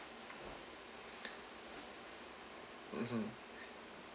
mmhmm